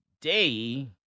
day